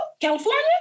California